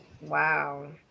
Wow